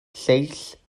lleill